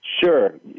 Sure